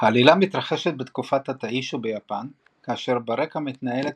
העלילה מתרחשת בתקופת הטאישו ביפן כאשר ברקע מתנהלת